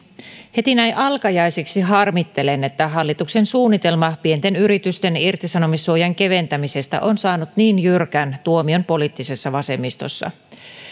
heti näin alkajaisiksi harmittelen että hallituksen suunnitelma pienten yritysten irtisanomissuojan keventämisestä on saanut niin jyrkän tuomion poliittisessa vasemmistossa